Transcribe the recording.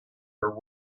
her